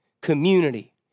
community